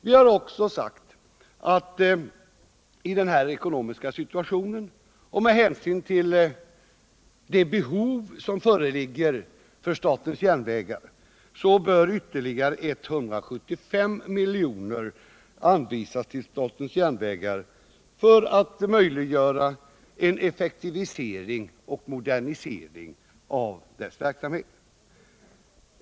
Vi har också anfört att i den nu rådande ekonomiska situationen och med hänsyn till det behov som föreligger för statens järnvägar ytterligare 175 miljoner bör anvisas till statens järnvägar för att möjliggöra en effektivisering och modernisering av dess verksamhet.